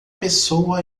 pessoa